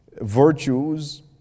virtues